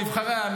נבחריה,